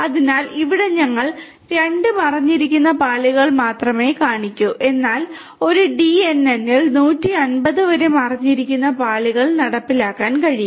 അതിനാൽ ഇവിടെ ഞങ്ങൾ 2 മറഞ്ഞിരിക്കുന്ന പാളികൾ മാത്രമേ കാണിക്കൂ എന്നാൽ ഒരു ഡിഎൻഎനിൽ 150 വരെ മറഞ്ഞിരിക്കുന്ന പാളികൾ നടപ്പിലാക്കാൻ കഴിയും